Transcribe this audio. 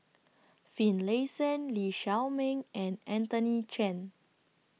Finlayson Lee Shao Meng and Anthony Chen